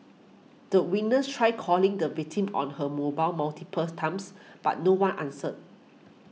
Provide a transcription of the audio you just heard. the witness tried calling the victim on her mobile multiple times but no one answered